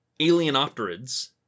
alienopterids